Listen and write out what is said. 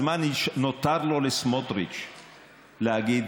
אז מה נותר לו לסמוטריץ להגיד,